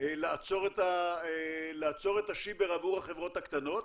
לעצור את השיבר עבור החברות הקטנות